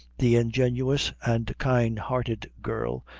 the ingenuous and kind-hearted girl,